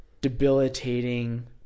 debilitating